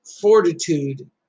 fortitude